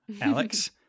Alex